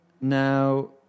Now